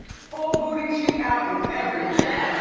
full booty cheek out, and everything.